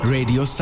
Radio